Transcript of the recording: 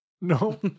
no